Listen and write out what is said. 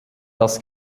das